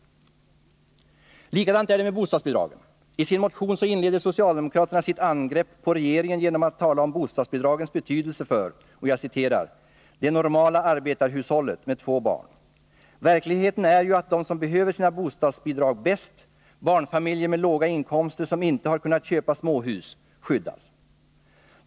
Likadant är det med bostadsbidragen. I sin motion inleder socialdemokraterna sitt angrepp på regeringen med att tala om bostadsbidragets betydelse för ”det normala arbetarhushållet” med två barn. Verkligheten är ju att de som behöver sina bostadsbidrag bäst, barnfamiljer med låga inkomster som inte har kunnat köpa småhus, skyddas.